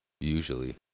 usually